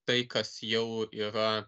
tai kas jau yra